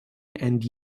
and